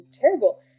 terrible